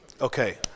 Okay